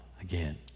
again